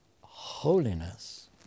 holiness